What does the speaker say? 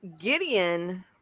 gideon